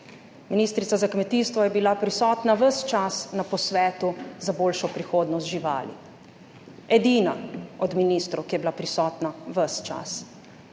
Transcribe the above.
Ministrica za kmetijstvo je bila prisotna ves čas na posvetu za boljšo prihodnost živali, edina od ministrov, ki je bila prisotna ves